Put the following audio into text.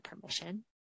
permission